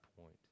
point